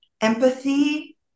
empathy